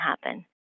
happen